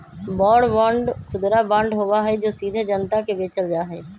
war bond खुदरा bond होबा हई जो सीधे जनता के बेचल जा हई